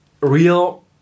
real